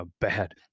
bad